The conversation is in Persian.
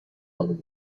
خانوم